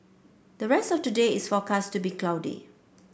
the rest of today is forecast to be cloudy